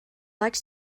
likes